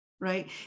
right